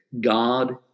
God